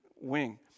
wing